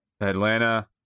Atlanta